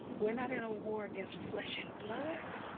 we are not in a war against flesh and blood.